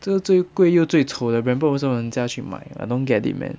就最贵又最丑的 brand 不懂为什么人家去买 I don't get it man